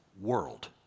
world